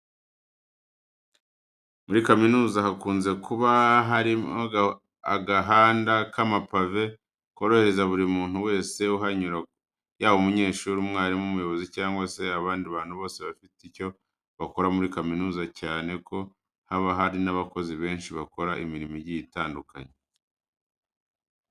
Muri kaminuza hakunze kuba harimo agahanda k'amapave korohereza buri muntu wese uhanyura yaba umunyeshuri, umwarimu, umuyobozi cyangwa se abandi bantu bose bafite icyo bakora muri kaminuza cyane ko haba hari n'abakozi benshi bakora imirimo igiye itandukanye.